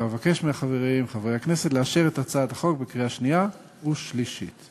אבקש מחברי הכנסת לאשר את הצעת החוק בקריאה שנייה ובקריאה שלישית.